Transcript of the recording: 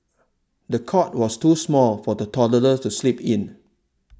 the cot was too small for the toddler to sleep in